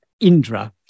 Indra